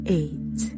eight